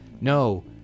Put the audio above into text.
no